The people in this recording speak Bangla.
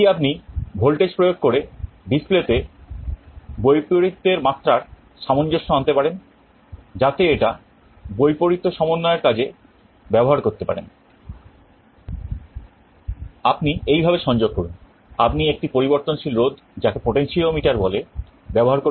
আপনি এইভাবে সংযোগ করুন আপনি একটি পরিবর্তনশীল রোধ যাকে পোটেনশিওমিটার বলে ব্যবহার করুন